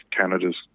Canada's